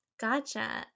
Gotcha